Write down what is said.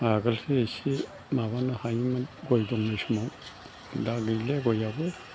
आगोलसो एसे माबानो हायोमोन गय दङ समाव दा गैले गयाबो